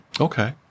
Okay